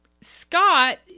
Scott